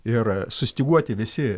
ir sustyguoti visi